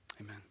Amen